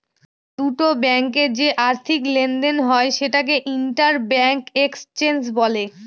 দুটো ব্যাঙ্কে যে আর্থিক লেনদেন হয় সেটাকে ইন্টার ব্যাঙ্ক এক্সচেঞ্জ বলে